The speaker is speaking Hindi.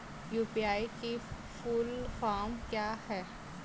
यू.पी.आई की फुल फॉर्म क्या है?